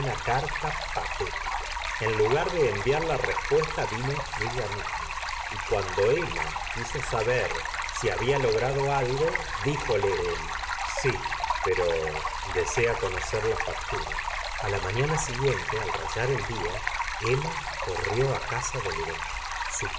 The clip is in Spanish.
carta patética en lugar de enviar ja respuesta vino ella misma y cuanbo emma quiso saber si había logrado algo díjola él si pero desea conocer la factura a la mañana siguiente al rayar el d a emma corrió á caso de lbeureux